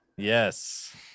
yes